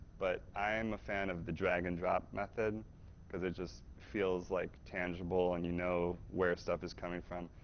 but i'm a fan of the drag-and-drop method because it just feels like tangible, and you know where stuff is coming from.